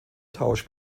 tausch